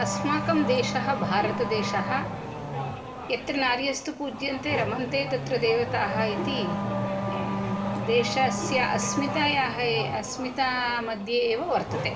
अस्माकं देशः भारतदेशः यत्र नार्यस्तु पूज्यन्ते रमन्ते तत्र देवताः इति देशस्य अस्मितायाः अस्मितामध्ये एव वर्तते